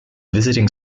visiting